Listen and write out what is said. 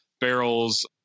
barrels